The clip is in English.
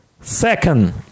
second